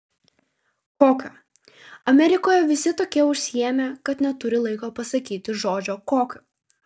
kokio amerikoje visi tokie užsiėmę kad neturi laiko pasakyti žodžio kokio